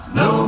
no